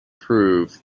prove